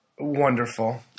wonderful